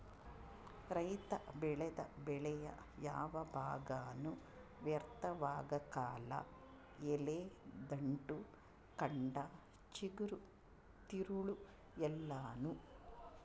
ರೈತ ಬೆಳೆದ ಬೆಳೆಯ ಯಾವ ಭಾಗನೂ ವ್ಯರ್ಥವಾಗಕಲ್ಲ ಎಲೆ ದಂಟು ಕಂಡ ಚಿಗುರು ತಿರುಳು ಎಲ್ಲಾನೂ